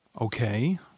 Okay